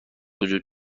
وجود